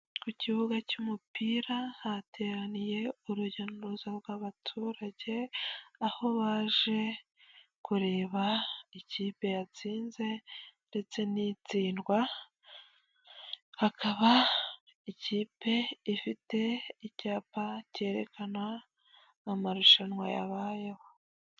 Ku kibuga cy'umupira hateraniye urujya n'uruza rw'abaturage aho baje kureba ikipe yatsinze ndetse n'itsindwa, hakaba ikipe ifite icyapa cyerekana amarushanwa yabayeho.